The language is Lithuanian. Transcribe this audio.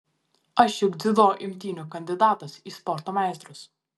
aš juk dziudo imtynių kandidatas į sporto meistrus